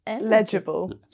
Legible